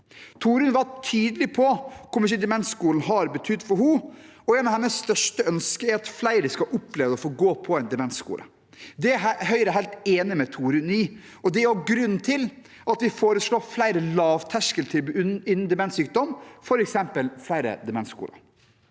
Torunn var tydelig på hvor mye Demensskolen har betydd for henne, og et av hennes største ønsker er at flere skal oppleve å få gå på en demensskole. Det er Høyre helt enig med Torunn i, og det er også grunnen til at vi foreslår flere lavterskeltilbud innen demenssykdom, f.eks. flere demensskoler.